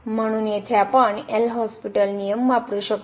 म्हणून येथे आपण एल हॉस्पिटल नियम वापरू शकतो